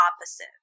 opposite